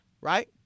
right